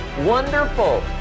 wonderful